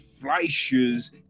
Fleischer's